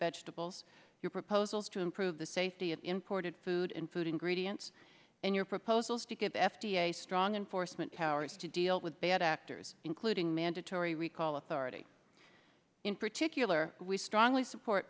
vegetables your proposals to improve the safety of imported food and food ingredients and your proposals to give f d a strong enforcement powers to deal with bad actors including mandatory recall authority in particular we strongly support